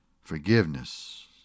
forgiveness